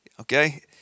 Okay